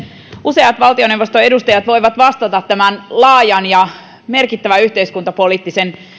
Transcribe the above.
useat valtioneuvoston edustajat voivat vastata tämän laajan ja merkittävän yhteiskuntapoliittisen